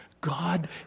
God